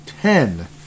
ten